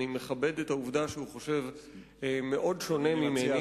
אני מכבד את העובדה שהוא חושב מאוד שונה ממני,